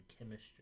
Chemistry